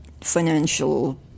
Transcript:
financial